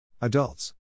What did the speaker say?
Adults